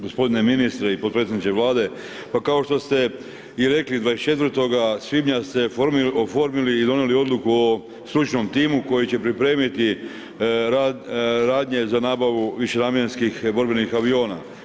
Gospodine ministre i potpredsjedniče Vlade, kao što ste rekli 24. svibnja ste oformili i donijeli odluku o stručnom timu koji će pripremiti radnje za nabavu višenamjenskih borbenih aviona.